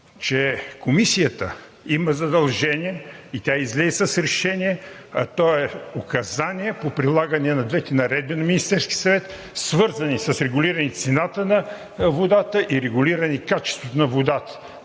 че Комисията има задължение, и тя излезе с решение, то е указание по прилагане на двете наредби на Министерския съвет, свързани с регулиране цената на водата и регулиране качеството на водата.